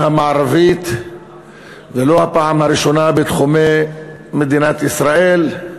המערבית ולא הפעם הראשונה בתחומי מדינת ישראל.